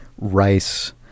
rice